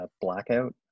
Blackout